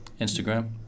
Instagram